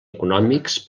econòmics